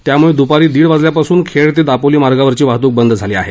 त्यामुळे दूपारी दीड वाजल्यापासून खेड ते दापोली मार्गावरची वाहतूक बंद झाली आहे